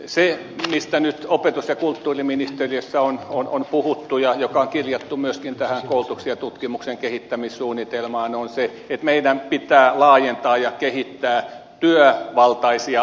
se mistä nyt opetus ja kulttuuriministeriössä on puhuttu ja mikä on kirjattu myöskin koulutuksen ja tutkimuksen kehittämissuunnitelmaan on se että meidän pitää laajentaa ja kehittää työvaltaisia oppimisympäristöjä